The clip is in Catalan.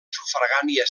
sufragània